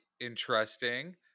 interesting